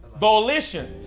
Volition